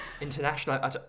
International